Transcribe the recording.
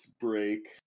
break